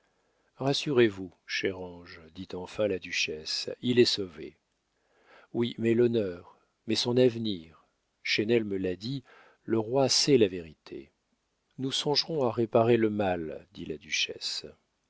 rassurez-vous cher ange dit enfin la duchesse il est sauvé oui mais l'honneur mais son avenir chesnel me l'a dit le roi sait la vérité nous songerons à réparer le mal dit la duchesse